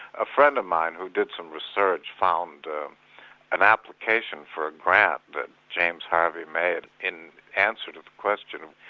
a friend of mine who did some research found an application for a grant that james harvey made in answer to the question,